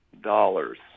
dollars